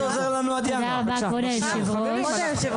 תודה רבה כבוד יושב הראש.